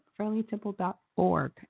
FriendlyTemple.org